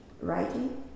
writing